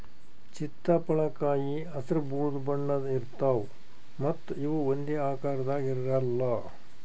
ಚಿತ್ತಪಳಕಾಯಿ ಹಸ್ರ್ ಬೂದಿ ಬಣ್ಣದ್ ಇರ್ತವ್ ಮತ್ತ್ ಇವ್ ಒಂದೇ ಆಕಾರದಾಗ್ ಇರಲ್ಲ್